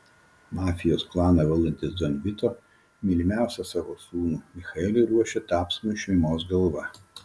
mafijos klaną valdantis don vito mylimiausią savo sūnų michaelį ruošia tapsmui šeimos galva